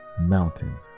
mountains